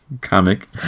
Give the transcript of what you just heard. comic